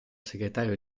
segretario